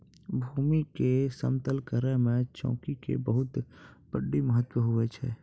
भूमी के समतल करै मे चौकी के बड्डी महत्व हुवै छै